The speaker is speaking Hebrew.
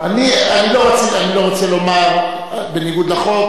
אני לא רוצה לומר "בניגוד לחוק",